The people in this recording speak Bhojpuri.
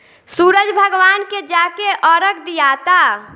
सूरज भगवान के जाके अरग दियाता